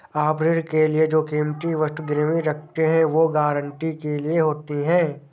आप ऋण के लिए जो कीमती वस्तु गिरवी रखते हैं, वो गारंटी के लिए होती है